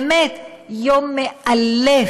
באמת יום מאלף,